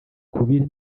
kubiri